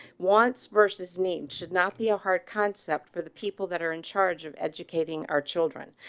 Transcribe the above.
wants versus needs should not be a hard concept for the people that are in charge of educating our children.